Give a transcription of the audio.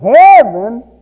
Heaven